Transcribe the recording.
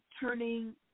Turning